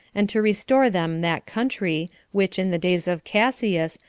and to restore them that country, which, in the days of cassius,